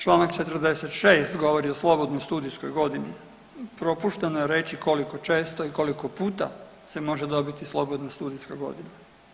Čl. 46. govori o slobodnoj studijskoj godini, propušteno je reći koliko često i koliko puta se može dobiti slobodna studijska godina.